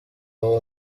ubu